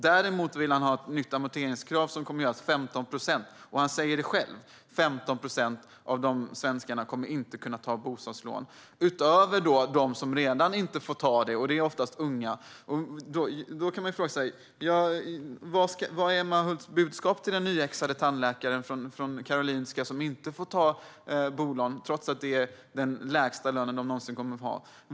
Däremot vill han ha ett nytt amorteringskrav som kommer att göra att - vilket han själv säger - 15 procent av svenskarna inte kan ta ett bostadslån. Detta gäller utöver dem som redan inte får ta lån, vilket oftast är unga. Vad är Emma Hults budskap till en tandläkare som nyss blivit utexaminerad från Karolinska och som inte får ta bolån, trots att denna just nu har den lägsta lön han eller hon någonsin kommer att ha?